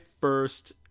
first